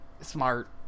smart